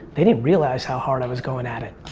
they didn't realize how hard i was going at it.